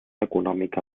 econòmica